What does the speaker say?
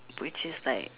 which is like